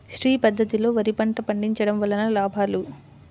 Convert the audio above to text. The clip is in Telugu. శ్రీ పద్ధతిలో వరి పంట పండించడం వలన లాభాలు?